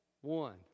one